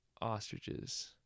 ostriches